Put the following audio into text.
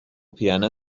piano